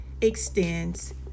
extends